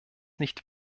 nicht